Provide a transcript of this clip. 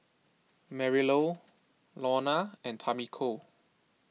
Marylou Launa and Tamiko